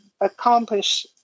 accomplish